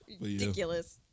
Ridiculous